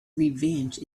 revenge